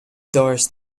doors